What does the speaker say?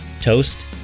toast